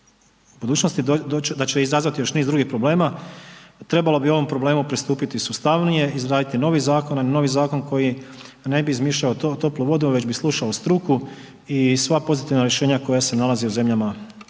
budućnosti, da će izazvati još niz drugih problema, trebalo bi ovom problemu pristupiti sustavnije, izraditi novi zakon, novi zakon koji ne bi izmišljao toplu vodu, već bi slušao struku i sva pozitivna rješenja koja se nalaze u zemljama u